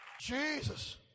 Jesus